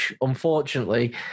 unfortunately